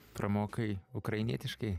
pramokai ukrainietiškai